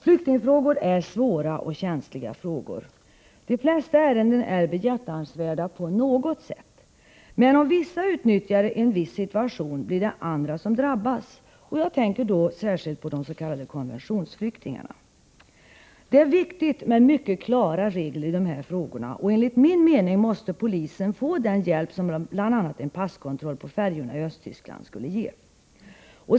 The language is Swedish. Flyktingfrågor är svåra och känsliga frågor. De flesta ärenden är behjärtansvärda på något sätt. Men om somliga utnyttjar en viss situation, blir det andra som drabbas — jag tänker särskilt på de s.k. konventionsflyktingarna. Det är viktigt med mycket klara regler i dessa frågor. Enligt min mening måste polisen få den hjälp som bl.a. en passkontroll på färjorna i Östtyskland skulle ge.